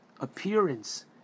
appearance